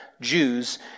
Jews